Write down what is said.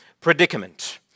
predicament